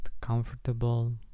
comfortable